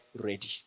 ready